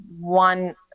one